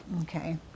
Okay